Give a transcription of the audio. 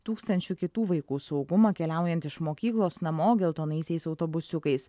tūkstančių kitų vaikų saugumą keliaujant iš mokyklos namo geltonaisiais autobusiukais